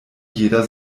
jeder